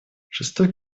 шестой